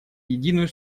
единую